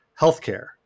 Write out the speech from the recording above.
healthcare